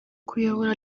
kuyobora